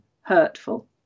hurtful